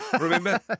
Remember